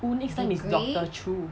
who next time is doctor chew